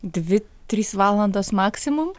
dvi trys valandos maksimum